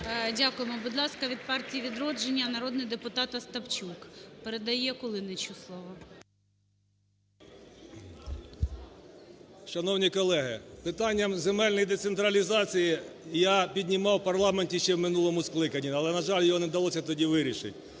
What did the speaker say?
Дякуємо. Будь ласка, від "Партії "Відродження" народний депутат Остапчук передає Кулінічу слово. 17:37:12 КУЛІНІЧ О.І. Шановні колеги, питання земельної децентралізації я піднімав в парламенті ще в минулому скликанні, але, на жаль, його не вдалося тоді вирішити.